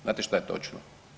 Znate što je točno?